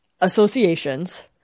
associations